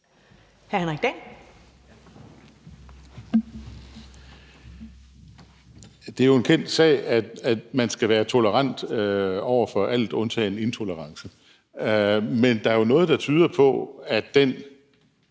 Det er jo en kendt sag, at man skal være tolerant over for alt undtagen intolerance. Men der er jo noget, der tyder på, at den